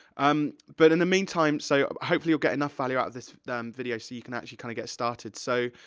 um but in the meantime, so, hopefully you'll get enough value out of this video so you can actually kinda kind of get started, so,